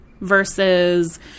versus